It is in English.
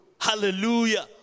hallelujah